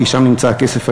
כי שם נמצא הכסף הגדול.